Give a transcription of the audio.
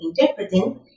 interpreting